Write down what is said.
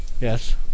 Yes